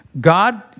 God